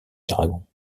dragon